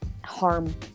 harm